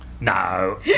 No